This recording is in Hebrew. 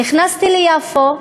נכנסתי ליפו,